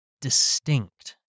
distinct